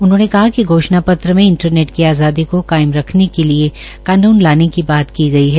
उन्होंने कहा कि घोषणा पत्र में इंटरनेट की आज़ादी को कायम रखने के लिये कानून लाने की बात की गई है